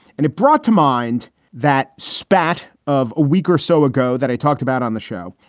and it brought to mind that spatt of a week or so ago that i talked about on the show,